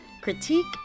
critique